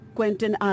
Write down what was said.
Quentin